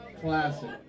Classic